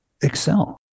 excel